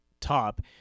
top